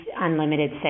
unlimited